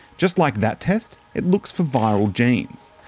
just like that test, it looks for viral genes.